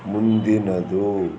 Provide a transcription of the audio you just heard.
ಮುಂದಿನದು